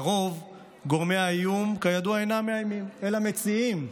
לרוב, גורמי האיום כידוע אינם מאיימים אלא מציעים.